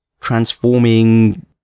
transforming